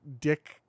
dick